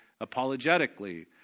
apologetically